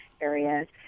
areas